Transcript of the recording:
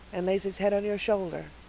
and lays his head on your shoulder.